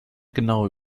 genauen